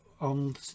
on